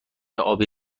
ابی